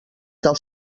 del